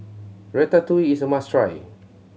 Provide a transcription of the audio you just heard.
Ratatouille is a must try